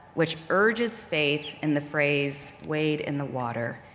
which urges faith in the phrase, wade in the water.